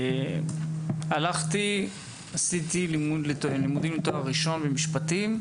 הלכתי ועשיתי לימודים לתואר ראשון במשפטים.